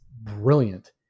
brilliant